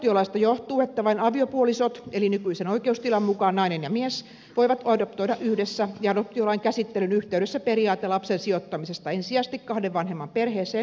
nykyisestä adoptiolaista johtuu että vain aviopuolisot eli nykyisen oikeustilan mukaan nainen ja mies voivat adoptoida yhdessä ja adoptiolain käsittelyn yhteydessä periaate lapsen sijoittamisesta ensisijaisesti kahden vanhemman perheeseen kirjattiin myös lakiin